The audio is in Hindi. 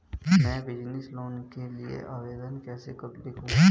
मैं बिज़नेस लोन के लिए आवेदन कैसे लिखूँ?